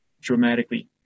dramatically